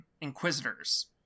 Inquisitors